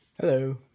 Hello